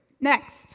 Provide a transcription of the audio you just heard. Next